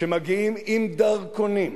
שמגיעים עם דרכונים,